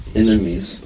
enemies